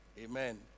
Amen